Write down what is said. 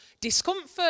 discomfort